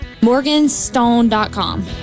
Morganstone.com